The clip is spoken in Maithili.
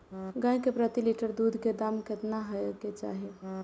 गाय के प्रति लीटर दूध के दाम केतना होय के चाही?